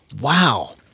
Wow